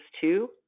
two